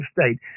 state